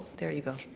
there you go.